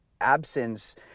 absence